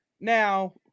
Now